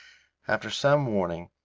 after some warning,